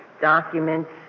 documents